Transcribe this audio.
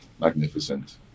Magnificent